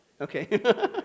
Okay